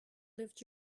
lived